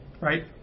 right